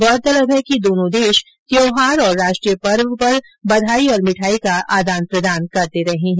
गौरतलब है कि दोनो देश त्यौहार और राष्ट्रीय पर्व पर बधाई और मिठाई का आदान प्रदान करते रहे है